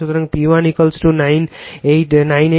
সুতরাং P1 98048 watt